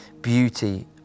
beauty